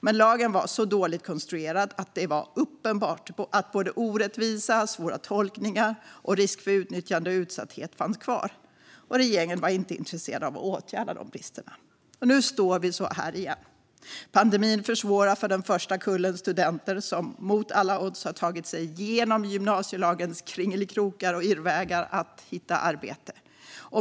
Men lagen var så dåligt konstruerad att det var uppenbart att både orättvisa, svåra tolkningar och risk för utnyttjande och utsatthet fanns kvar. Regeringen var inte intresserad av att åtgärda dessa brister. Nu står vi här igen. Pandemin försvårar för den första kullen studenter, som mot alla odds har tagit sig genom gymnasielagens kringelikrokar och irrvägar, att hitta arbete.